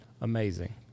amazing